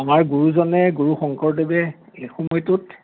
আমাৰ গুৰুজনে গুৰু শংকৰদেৱে এই সময়টোত